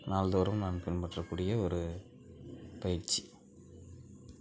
நாள்தோறும் நான் பின்பற்றக்கூடிய ஒரு பயிற்சி